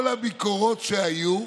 ממשלת יום הכיפורים ההיא הייתה